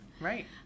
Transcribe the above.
right